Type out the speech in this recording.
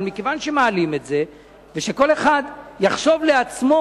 אבל מכיוון שמעלים את זה, ושכל אחד יחשוב לעצמו.